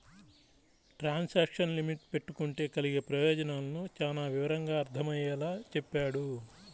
transaction limit పెట్టుకుంటే కలిగే ప్రయోజనాలను చానా వివరంగా అర్థమయ్యేలా చెప్పాడు